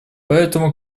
поэтому